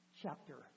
chapter